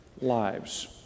lives